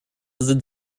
sind